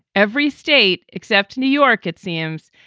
every state except new york, it seems,